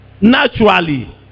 naturally